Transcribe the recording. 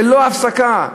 ללא הפסקה,